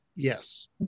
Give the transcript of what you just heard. Yes